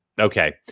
Okay